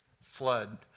flood